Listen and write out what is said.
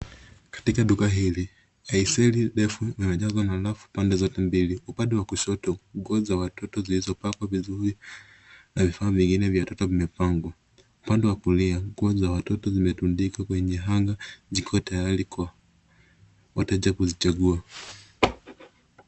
Katika duka hili isle refu ina jazwa na rafu pande zote mbili. Upande wa kushoto nguo za watoto zilizo pakwa vizuri na vifaa vingine vya watoto vimepangwa. Upande wa kulia, nguo za watoto zimetundikwa kwenye hanger ziko tayari kwa wateja kuzichagua.